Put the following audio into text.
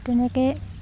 তেনেকে